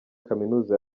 kaminuza